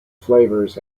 flavors